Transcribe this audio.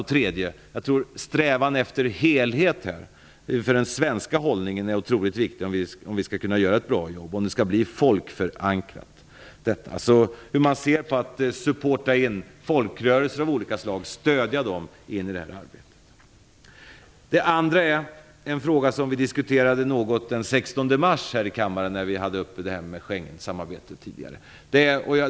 Jag tror att det är otroligt viktigt med en strävan efter en helhet när det gäller den svenska hållningen, om vi skall kunna göra ett bra jobb och om det skall bli någon förankring hos folket. Jag undrar alltså hur man ser på att stödja folkrörelser av olika slag i detta arbete. Den andra frågan diskuterade vi något den 16 mars här i kammaren. Då var Schengensamarbetet uppe.